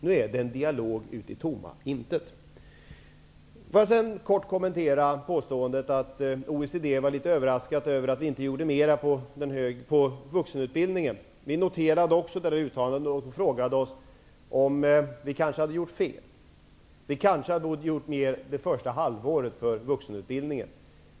Nu är det en dialog ut i tomma intet. Jag vill sedan kort kommentera påståendet att OECD var överraskad över att vi inte gjorde mera för vuxenutbildningen. Vi noterade också det uttalandet och frågade oss om vi kanske hade gjort fel. Vi kanske borde ha gjort mer det första halvåret för vuxenutbildningen.